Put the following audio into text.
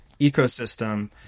ecosystem